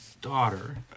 daughter